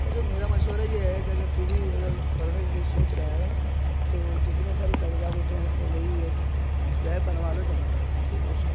نہیں تو میرا مشورہ یہ ہے کہ اگر تو بھی اگر پڑھنے کا کہیں سوچ رہا ہے تو جتنے سارے کاغذات ہوتے ہیں پہلے ہی یہ جو ہے بنوا لو جمع کرا ٹھیک ہے شکر